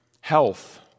health